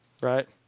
right